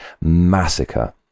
massacre